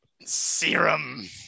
serum